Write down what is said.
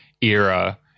era